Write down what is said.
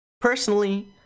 Personally